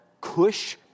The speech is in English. Cush